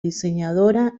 diseñadora